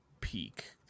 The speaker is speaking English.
peak